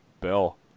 Bill